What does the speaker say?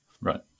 Right